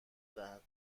دهد